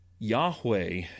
yahweh